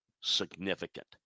significant